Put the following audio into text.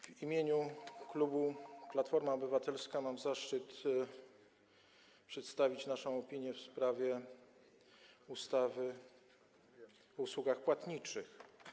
W imieniu klubu Platforma Obywatelska mam zaszczyt przedstawić naszą opinię w sprawie ustawy o zmianie ustawy o usługach płatniczych.